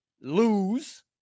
lose